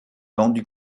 vendu